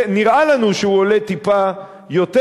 נראה לנו שהוא עולה טיפה יותר,